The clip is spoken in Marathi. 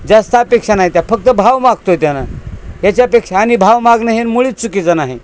जास्त अपेक्षा ना त्या फक्त भाव मागतो आहे त्यानं याच्यापेक्षा आणि भाव मागणं हे न मुळीच चुकीचं नाही